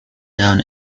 down